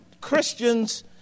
Christians